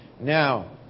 Now